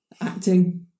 acting